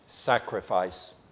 Sacrifice